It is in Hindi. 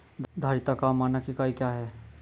धारिता का मानक इकाई क्या है?